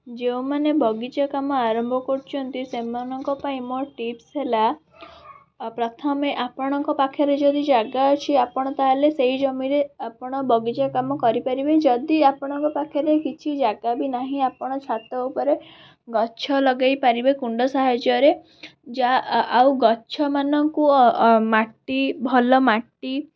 ଯେଉଁମାନେ ବଗିଚା କାମ ଆରମ୍ଭ କରୁଛନ୍ତି ସେମାନଙ୍କ ପାଇଁ ମୋର ଟିପ୍ସ୍ ହେଲା ପ୍ରଥମେ ଆପଣଙ୍କ ପାଖରେ ଯଦି ଜାଗା ଅଛି ଆପଣ ତା'ହେଲେ ସେହି ଜମିରେ ଆପଣ ବଗିଚା କାମ କରିପାରିବେ ଯଦି ଆପଣଙ୍କ ପାଖରେ କିଛି ଜାଗା ବି ନାହିଁ ଆପଣ ଛାତ ଉପରେ ଗଛ ଲଗେଇ ପାରିବେ କୁଣ୍ଡ ସାହାଯ୍ୟରେ ଯାହା ଆଉ ଗଛମାନଙ୍କୁ ମାଟି ଭଲ ମାଟି